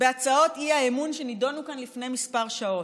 בהצעות האי-אמון שנדונו כאן לפני כמה שעות?